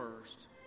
first